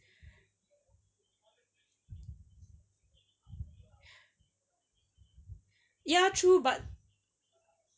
ya true but